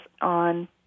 on